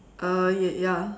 uh ya